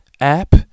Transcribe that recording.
app